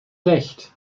recht